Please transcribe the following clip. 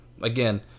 again